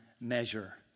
measure